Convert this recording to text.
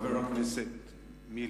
חבר הכנסת מילר.